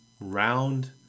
round